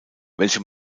welche